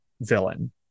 villain